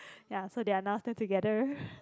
ya so they are now still together